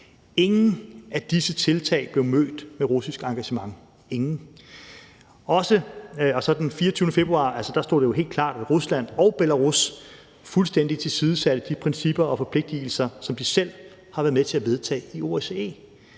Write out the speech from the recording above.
Ingen af disse tiltag blev mødt med russisk engagement – ingen! Den 24. februar stod det jo helt klart, at Rusland og Belarus fuldstændig tilsidesatte de principper og forpligtigelser, som de selv har været med til at vedtage i OSCE.